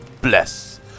bless